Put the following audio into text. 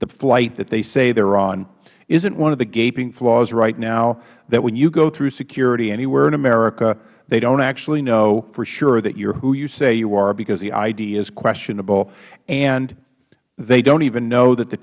the flight that they say they are in isn't one of the gaping flaws right now that when you go through security anywhere in america they don't actually know for sure that you are who you say you are because the id is questionable and they don't even know that the